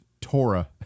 Torah